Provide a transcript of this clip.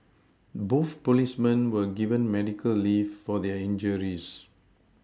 both policemen were given medical leave for their injuries